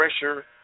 pressure